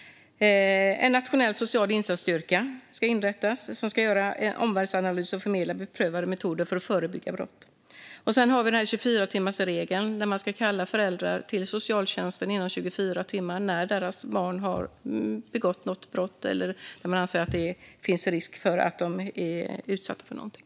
Och en nationell social insatsstyrka ska inrättas. Den ska göra omvärldsanalyser och förmedla beprövade metoder för att förebygga brott. Vi har också 24-timmarsregeln. Man ska kalla föräldrar till socialtjänsten inom 24 timmar från att deras barn har begått ett brott eller när man anser att det finns risk för att barnet är utsatt för någonting.